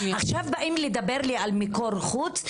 עכשיו באים לדבר על מיקור חוץ?